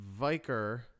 Viker